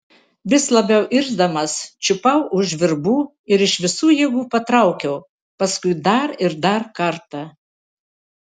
vis labiau irzdamas čiupau už virbų ir iš visų jėgų patraukiau paskui dar ir dar kartą